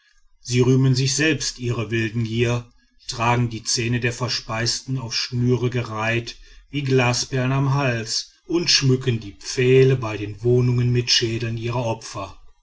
sie rühmen sich selbst ihrer wilden gier tragen die zähne der verspeisten auf schnüre gereiht wie glasperlen am hals und schmücken die pfähle bei den wohnungen mit schädeln ihrer opfer